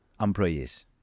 employees